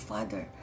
Father